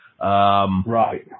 Right